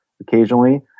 occasionally